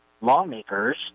lawmakers